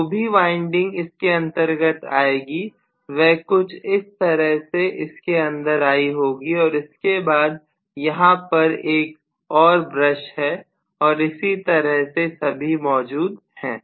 जो भी वाइंडिंग इसके अंतर्गत आएगी वह कुछ इस तरह से इसके अंदर आई होगी और इसके बाद यहां पर एक और ब्रश है और इसी तरह से सभी मौजूद हैं